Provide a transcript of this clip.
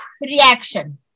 reaction